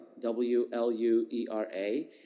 W-L-U-E-R-A